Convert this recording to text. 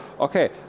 okay